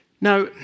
Now